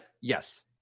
Yes